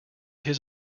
his